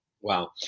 Wow